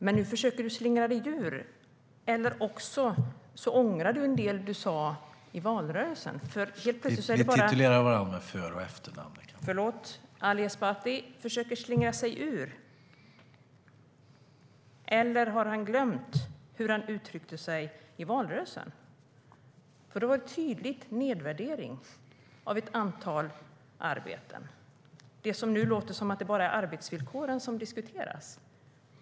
Jag vet inte hur många år Ali Esbati har på arbetsgolvet. Men nu försöker du, Ali Esbati, slingra dig ur detta, eller också har du glömt eller ångrar en del av det som du sa i valrörelsen. Han gjorde nämligen en tydlig nedvärdering av ett antal arbeten. Nu låter det som om det är bara arbetsvillkoren som diskuteras.